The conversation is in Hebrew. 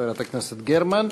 חברת הכנסת גרמן.